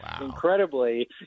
incredibly